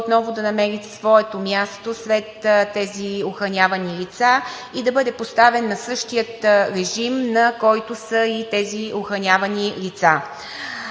отново да намери своето място сред тези охранявани лица и да бъде поставен на същия режим, на който са и тези охранявани лица.